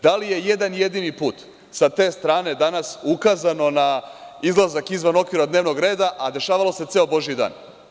Da li je jedan jedini put sa te strane danas ukazano na izlazak izvan okvira dnevnog reda, a dešavalo se ceo božiji dan?